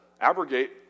abrogate